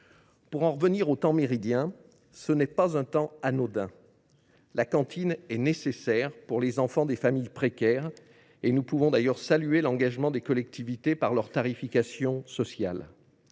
fait ses preuves. Le temps méridien n’est pas un temps anodin : la cantine est nécessaire pour les enfants des familles précaires, et nous pouvons, d’ailleurs, saluer l’engagement des collectivités en matière de tarification sociale.